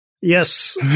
Yes